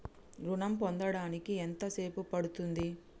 ఋణం పొందడానికి ఎంత సేపు పడ్తుంది?